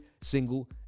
single